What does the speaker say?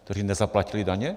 Kteří nezaplatili daně?